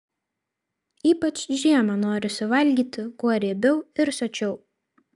ypač žiemą norisi valgyti kuo riebiau ir sočiau